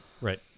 Right